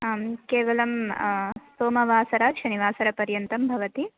आं केवलं सोमवासरात् शनिवासरपर्यन्तं भवति